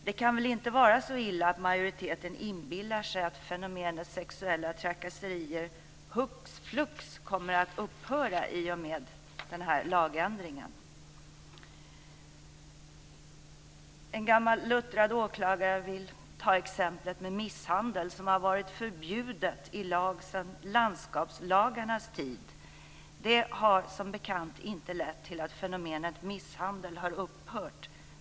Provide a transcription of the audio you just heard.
Det kan väl inte vara så illa att majoriteten inbillar sig att fenomenet sexuella trakasserier hux flux kommer att upphöra i och med denna lagändring? En gammal luttrad åklagare vill ta exemplet med misshandel, som har varit förbjudet i lag sedan landskapslagarnas tid. Det har som bekant inte lett till att fenomenet misshandel har upphört.